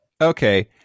okay